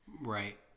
right